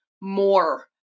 more